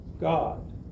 God